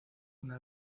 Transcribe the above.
una